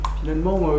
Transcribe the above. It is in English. finalement